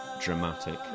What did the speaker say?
dramatic